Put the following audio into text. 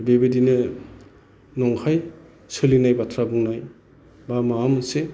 बेबायदिनो नंखाय सोलिनाय बाथ्रा बुंनाय बा माबा मोनसे